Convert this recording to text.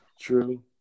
True